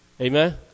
Amen